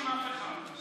אתה לא מרשים אף אחד.